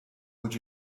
would